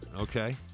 okay